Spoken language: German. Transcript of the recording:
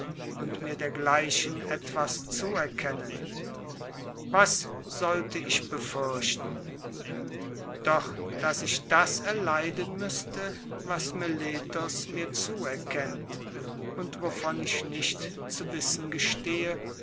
und mir dergleichen etwas zuerkennen was sollte ich befürchten doch daß ich das erleiden müßte was meletos mir zuerkennt und wovon ich nicht zu wissen gestehe